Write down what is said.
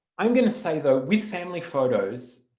i'm going to say though with family photos,